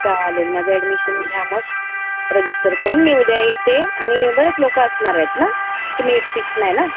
चालेल माझं ऍडमिशन घ्या मग रजिस्टर करून मी उद्या येते आणि बरेच लोक असणार आहेत ना की मी एकटीच नाही ना